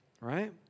right